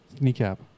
Kneecap